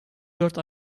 dört